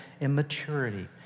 immaturity